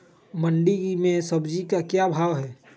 मंडी में सब्जी का क्या भाव हैँ?